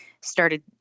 started